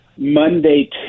monday